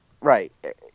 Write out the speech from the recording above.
Right